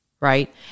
Right